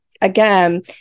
again